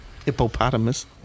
hippopotamus